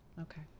Okay